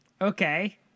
Okay